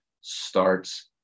starts